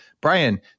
Brian